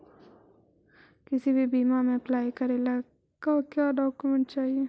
किसी भी बीमा में अप्लाई करे ला का क्या डॉक्यूमेंट चाही?